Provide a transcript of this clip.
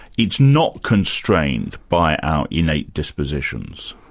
it's not constrained by our innate dispositions.